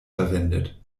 verwendet